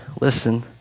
listen